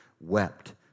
wept